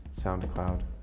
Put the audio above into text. SoundCloud